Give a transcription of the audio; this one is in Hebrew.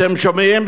אתם שומעים?